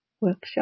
workshop